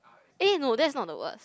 eh no that's not the worst